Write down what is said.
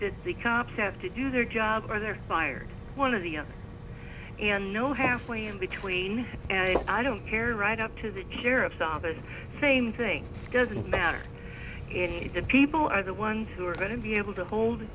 that the cops have to do their job or they're fired one of the other and no halfway in between i don't care right up to the sheriff's office same thing doesn't matter if the people are the ones who are going to be able to hold